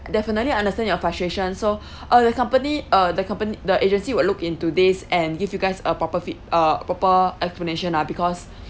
definitely understand your frustration so uh the company uh the company the agency will look into this and give you guys a proper feed uh proper explanation ah because